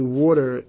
water